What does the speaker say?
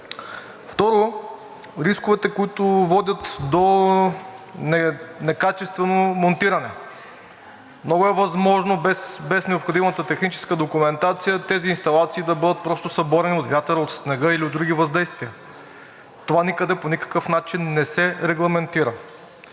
Второ, рисковете, които водят до некачествено монтиране. Много е възможно без необходимата техническа документация тези инсталации да бъдат просто съборени от вятъра, снега или от други въздействия. Това никъде по никакъв начин не се регламентира.